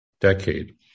decade